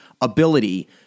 ability